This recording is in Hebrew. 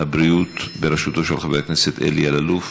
הבריאות בראשותו של חבר הכנסת אלי אלאלוף.